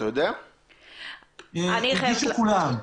הגישו כולן.